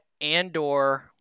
Andor